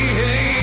hey